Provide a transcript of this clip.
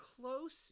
close